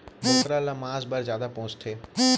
बोकरा ल मांस पर जादा पोसथें